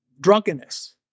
drunkenness